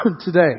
Today